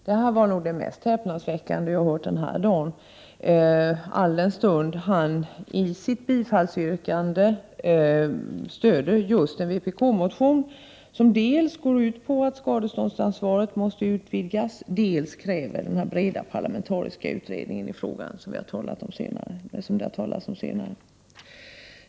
Detta var nog det mest häpnadsväckande jag har hört den här dagen, alldenstund han i sitt bifallsyrkande stöder just en vpk-motion, som dels går ut på att skadeståndsansvaret måste utvidgas, dels kräver den breda parlamentariska utredning i frågan som det har talats om senare.